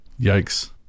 Yikes